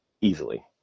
easily